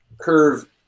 curve